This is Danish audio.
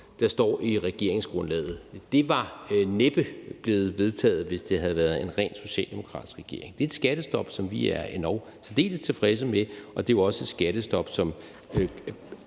der står i regeringsgrundlaget, næppe var blevet vedtaget, hvis det havde været en rent socialdemokratisk regering. Det er et skattestop, som vi er endog særdeles tilfredse med, og det er jo også et skattestop, som